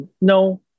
No